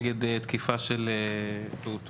אנחנו מקבלים המון פניות על הורים ללא מענה.